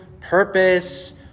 purpose